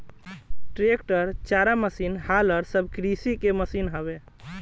tractor, चारा machine, हालर सब कृषि के मशीन हवे